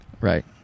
Right